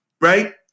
right